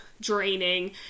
draining